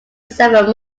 seven